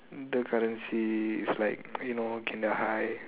the currency is like you know can the high